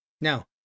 Now